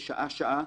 שעה-שעה,